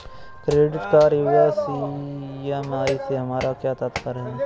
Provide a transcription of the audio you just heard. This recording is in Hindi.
क्रेडिट कार्ड यू.एस ई.एम.आई से हमारा क्या तात्पर्य है?